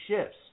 shifts